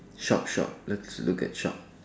shop shop let's look at shop